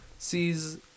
Sees